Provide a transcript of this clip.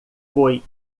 foi